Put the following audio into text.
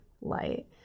light